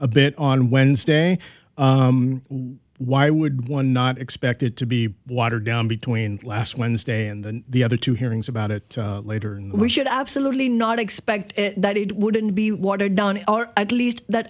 a bit on wednesday why would one not expected to be watered down between last wednesday and then the other two hearings about it later we should absolutely not expect that it wouldn't be watered down or at least that